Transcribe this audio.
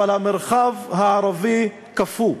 אבל המרחב הערבי קפוא,